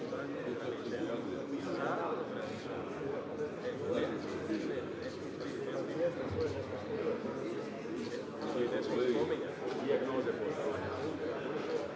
Hvala vama.